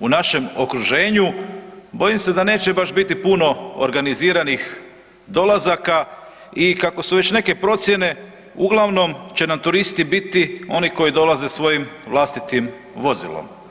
u našem okruženju, bojim se da neće baš biti puno organiziranih dolazaka i kako su već neke procjene, uglavnom će nam turisti biti oni koji dolaze svojim vlastitim vozilom.